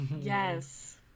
Yes